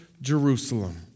Jerusalem